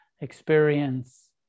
experience